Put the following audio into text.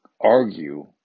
argue